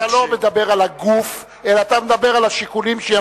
אתה לא מדבר על הגוף אלא אתה מדבר על השיקולים שינחו אותו.